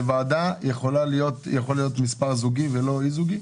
בוועדה יכול להיות מספר זוגי ולא אי זוגי?